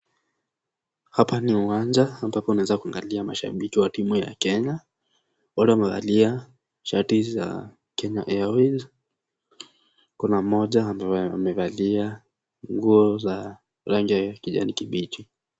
Hapa ni uwanja ambapo unaweza kuangalia mashabiki wa timu ya Kenya, yule amevalia shati za Kenya Airways. Kuna mmoja ambaye amevalia nguo za rangi ya kijani kibichi.